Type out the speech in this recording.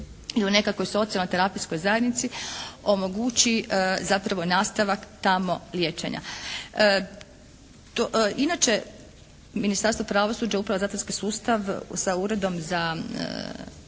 i u nekakvoj socijalnoj terapijskoj zajednici omogući zapravo nastavak tamo liječenja. Inače, Ministarstvo pravosuđa …/Govornik se ne razumije./… zatvorski sustav sa Uredom za